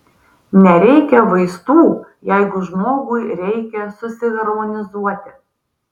nereikia vaistų jeigu žmogui reikia susiharmonizuoti